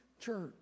church